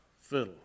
fiddle